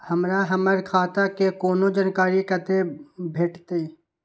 हमरा हमर खाता के कोनो जानकारी कते भेटतै